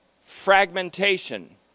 fragmentation